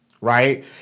right